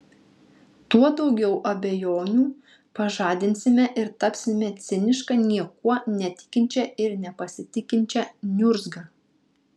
tuo daugiau abejonių pažadinsime ir tapsime ciniška niekuo netikinčia ir nepasitikinčia niurzga